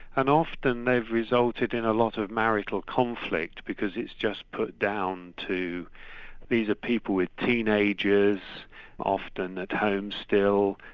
and often they've resulted in a lot of marital conflict, because it's just put down to that these are people with teenagers often at home still,